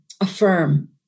affirm